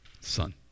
Son